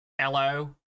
Hello